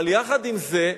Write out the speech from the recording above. אבל יחד עם זה,